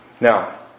Now